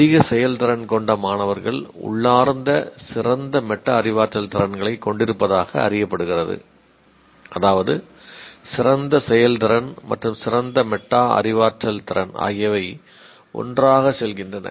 அதிக செயல்திறன் கொண்ட மாணவர்கள் உள்ளார்ந்த சிறந்த மெட்டா அறிவாற்றல் திறன்களைக் கொண்டிருப்பதாக அறியப்பட்டுகிறது அதாவது சிறந்த செயல்திறன் மற்றும் சிறந்த மெட்டா அறிவாற்றல் திறன் ஆகியவை ஒன்றாகச் செல்கின்றன